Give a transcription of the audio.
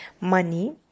money